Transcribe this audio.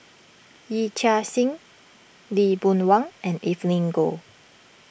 Yee Chia Hsing Lee Boon Wang and Evelyn Goh